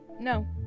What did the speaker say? No